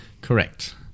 Correct